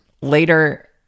later